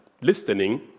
listening